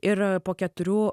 ir po keturių